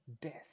Death